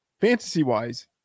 fantasy-wise